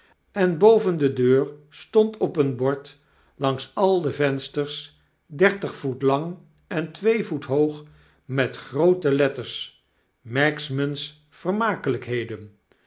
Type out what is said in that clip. en boven de deur stond op een bord langs al de vensters dertig voet lang en twee voet hoog met groote letters magsman's yermakelijkheden